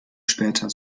später